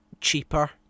cheaper